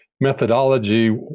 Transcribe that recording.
methodology